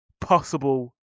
possible